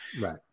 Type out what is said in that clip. Right